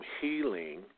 healing